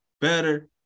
better